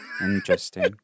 Interesting